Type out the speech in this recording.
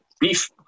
beef